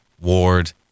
Ward